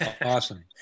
Awesome